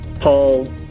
Paul